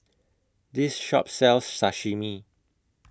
This Shop sells Sashimi